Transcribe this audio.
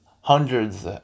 hundreds